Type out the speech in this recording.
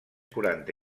quaranta